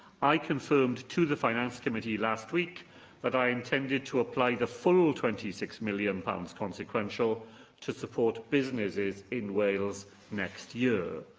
i confirmed to the finance committee last week that i intended to apply the full twenty six million pounds consequential to support businesses in wales next year.